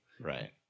Right